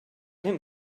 him